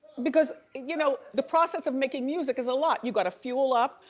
because you know the process of making music is a lot. you gotta fuel up,